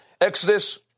Exodus